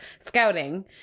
scouting